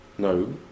No